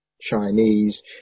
Chinese